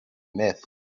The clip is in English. myth